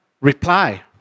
reply